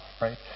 right